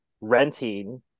renting